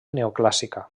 neoclàssica